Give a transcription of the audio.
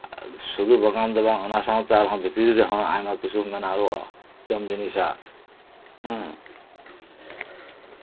ᱥᱩᱫᱷᱩ ᱵᱟᱜᱟᱱ ᱫᱚ ᱵᱟᱝ ᱚᱱᱟ ᱥᱟᱶᱛᱮ ᱟᱨᱦᱚᱸ ᱵᱷᱤᱛᱨᱤ ᱨᱮᱦᱚᱸ ᱟᱭᱢᱟ ᱠᱤᱪᱷᱩ ᱢᱮᱱᱟᱜᱼᱟ ᱡᱚᱢ ᱡᱤᱱᱤᱥᱟᱜ ᱦᱮᱸ